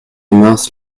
mince